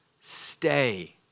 stay